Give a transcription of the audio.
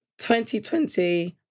2020